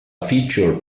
feature